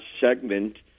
segment